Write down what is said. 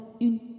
une